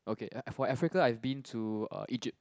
okay for for Africa I've been to uh Egypt